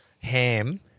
Ham